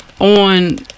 on